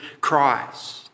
Christ